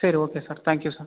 சரி okay sir thank you sir